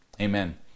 Amen